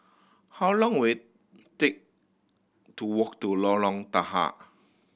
how long will it take to walk to Lorong Tahar